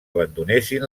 abandonessin